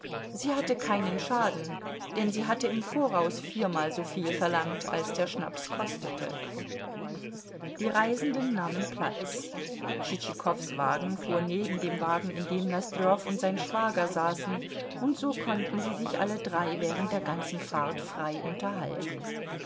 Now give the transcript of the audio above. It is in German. sie hatte keinen schaden denn sie hatte im voraus viermal so viel verlangt als der schnaps kostete die reisenden nahmen platz tschitschikows wagen fuhr neben dem wagen in dem nosdrjow und sein schwager saßen und so konnten sie sich alle drei während der ganzen fahrt frei unterhalten